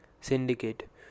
syndicate